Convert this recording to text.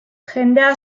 jendea